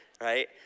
Right